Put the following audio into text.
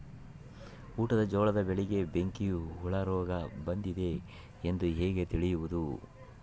ಊಟದ ಜೋಳದ ಬೆಳೆಗೆ ಬೆಂಕಿ ಹುಳ ರೋಗ ಬಂದಿದೆ ಎಂದು ಹೇಗೆ ತಿಳಿಯುವುದು?